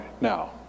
now